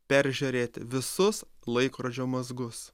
peržiūrėti visus laikrodžio mazgus